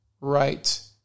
right